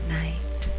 night